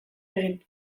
egin